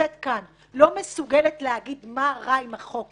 שנמצאת כאן לא מסוגלת להגיד מה רע עם החוק,